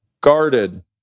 guarded